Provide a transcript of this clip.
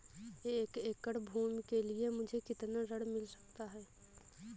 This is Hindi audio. एक एकड़ भूमि के लिए मुझे कितना ऋण मिल सकता है?